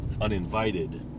uninvited